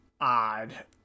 odd